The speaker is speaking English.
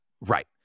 Right